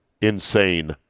insane